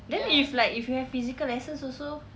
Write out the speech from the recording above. then if like if you have physical lessons also